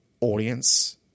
audience